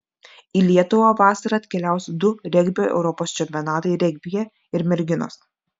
į lietuvą vasarą atkeliaus du regbio europos čempionatai regbyje ir merginos